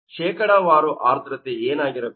ಶೇಕಡಾವಾರು ಆರ್ದ್ರತೆ ಏನಾಗಿರಬೇಕು